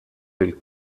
del